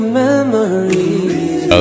memories